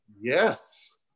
Yes